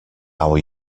our